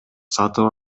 сатып